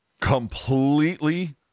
completely